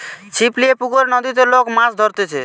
ছিপ লিয়ে পুকুরে, নদীতে লোক মাছ ধরছে